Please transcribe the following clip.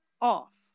off